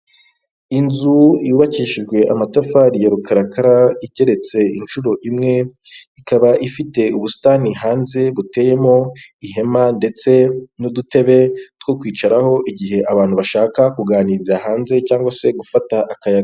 Inzu yubakishijwe amatafari ya rukarakara igeretse inshuro imwe, ikaba ifite ubusitani hanze buteyemo ihema ndetse n'udutebe two kwicaraho igihe abantu bashaka kuganirira hanze cyangwa se gufata akayaga.